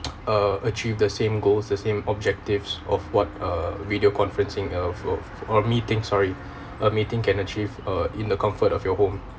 uh achieve the same goals the same objectives of what uh video conferencing or a meeting sorry a meeting can achieve uh in the comfort of your home